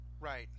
right